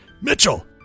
Mitchell